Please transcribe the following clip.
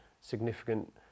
significant